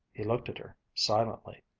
he looked at her silently,